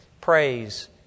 praise